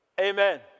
Amen